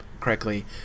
correctly